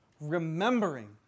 remembering